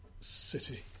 city